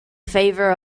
favor